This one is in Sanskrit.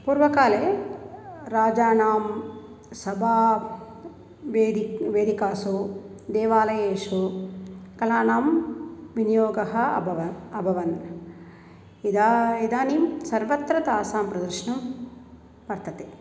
पूर्वकाले राजानां सभा वेदिका वेदिकासु देवालयेषु कलानां विनियोगः अभवन् अभवन् इदा इदानीं सर्वत्र तासां प्रदर्शनं वर्तते